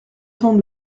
temps